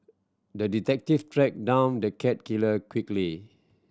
the detective tracked down the cat killer quickly